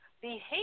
behavior